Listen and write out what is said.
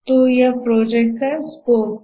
तो यह project scope है